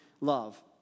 love